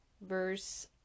Verse